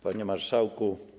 Panie Marszałku!